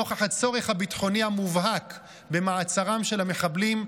נוכח הצורך הביטחוני המובהק במעצרם של המחבלים,